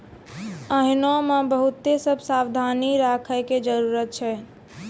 एहनो मे बहुते सभ सावधानी राखै के जरुरत छै